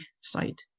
site